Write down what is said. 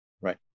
Right